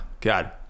God